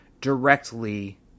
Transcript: directly